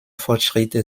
fortschritte